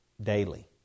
daily